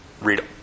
read